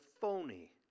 phony